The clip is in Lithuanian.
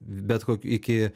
bet ko iki